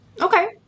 Okay